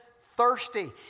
thirsty